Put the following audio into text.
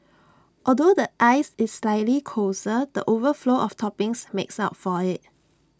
although the ice is slightly coarser the overflow of toppings makes up for IT